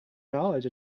knowledge